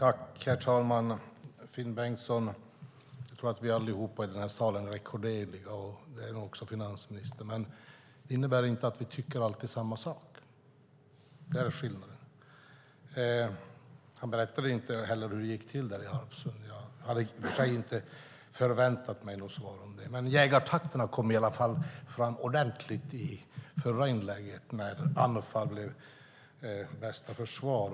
Herr talman! Jag tror att vi alla här i salen är rekorderliga, Finn Bengtsson. Det är nog också finansministern. Men det innebär inte att vi alltid tycker samma sak. Där är skillnaden. Han berättade inte heller hur det gick till i Harpsund. Jag hade i och för sig inte väntat mig något svar om det heller, men jägartakterna kom i alla fall fram ordentligt i förra inlägget, när anfall blev bästa försvar.